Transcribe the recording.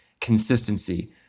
consistency